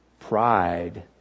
Pride